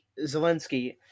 Zelensky